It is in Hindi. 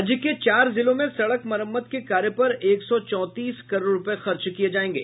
राज्य के चार जिलों में सड़क मरम्मत के कार्य पर एक सौ चौंतीस करोड़ रूपये खर्च किये जायेंगे